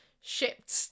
shipped